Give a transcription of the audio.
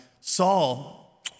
Saul